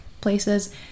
places